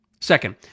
Second